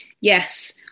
yes